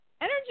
Energy